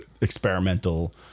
experimental